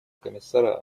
комиссара